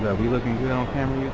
we looking good on camera,